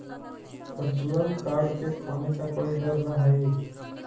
virtual card के खोने का कोई डर न हई